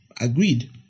agreed